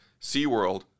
SeaWorld